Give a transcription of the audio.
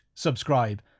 subscribe